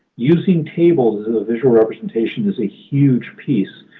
using tables as a visual representation is a huge piece.